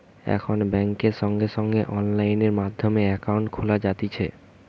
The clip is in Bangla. এখন বেংকে সঙ্গে সঙ্গে অনলাইন মাধ্যমে একাউন্ট খোলা যাতিছে